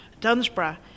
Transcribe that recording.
dunsborough